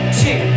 two